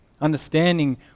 Understanding